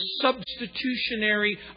substitutionary